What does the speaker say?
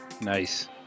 Nice